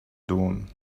dawn